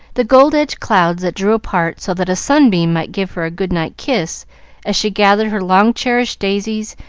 the gold-edged clouds that drew apart so that a sunbeam might give her a good-night kiss as she gathered her long-cherished daisies,